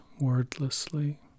wordlessly